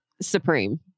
supreme